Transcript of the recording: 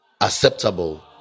acceptable